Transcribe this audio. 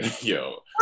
yo